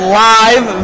live